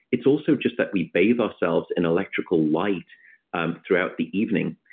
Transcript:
it's also just that we bathe ourselves in electrical light um throughout the evening.